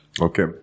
Okay